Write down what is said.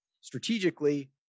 strategically